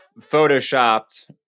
photoshopped